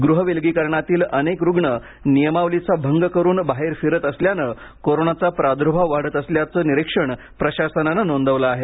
गृहविलगीकरणातील अनेक रुग्ण नियमावलीचा भंग करुन बाहेर फिरत असल्यानं कोरोनाचा प्रादुर्भाव वाढत असल्याचं निरीक्षण प्रशासनानं नोंदवलं आहे